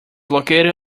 located